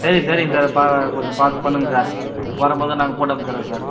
சரி சரிங்க சார் பா கொஞ்சம் பார்த்து பண்ணுங்க சார் வரும்போது நாங்கள் போட்டு அனுப்பிச்சிட்றோம் சார்